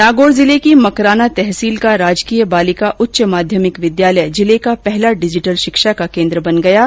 नागौर जिले की मकराना तहसील का राजकीय बालिका उच्च माध्यमिक विद्यालय जिले का पहला डिजिटल शिक्षा का केन्द्र बन गया है